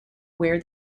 where